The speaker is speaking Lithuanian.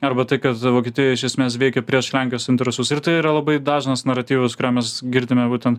arba tai kad vokietija iš esmės veikia prieš lenkijos interesus ir tai yra labai dažnas naratyvas kurio mes girdime būtent